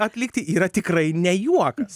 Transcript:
atlikti yra tikrai ne juokas